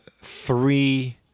three